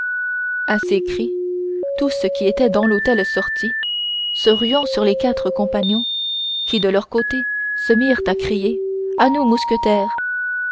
à ces cris tout ce qui était dans l'hôtel sortit se ruant sur les quatre compagnons qui de leur côté se mirent à crier à nous mousquetaires